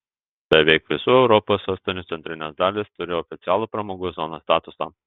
beveik visų europos sostinių centrinės dalys turi oficialų pramogų zonos statusą